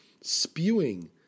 spewing